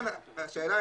בסדר,